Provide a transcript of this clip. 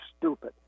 stupid